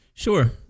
Sure